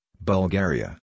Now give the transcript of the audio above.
Bulgaria